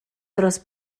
dros